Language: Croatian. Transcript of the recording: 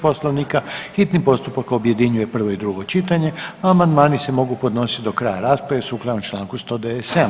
Poslovnika hitni postupak objedinjuje prvo i drugo čitanje, a amandmani se mogu podnositi do kraja rasprave sukladno Članku 197.